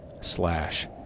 slash